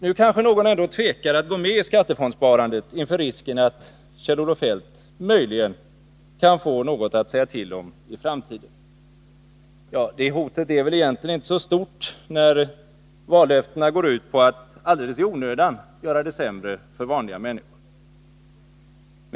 Nu kanske någon ändå tvekar att gå med i skattefondssparandet inför risken att Kjell-Olof Feldt möjligen kan få något att säga till om i framtiden. Men det hotet är väl egentligen inte så stort, när vallöftena går ut på att alldeles i onödan göra det sämre för vanliga människor.